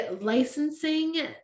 licensing